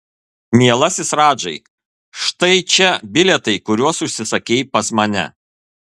mielasis radžai štai čia bilietai kuriuos užsisakei pas mane